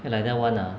can like that [one] ah